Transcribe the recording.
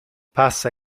passa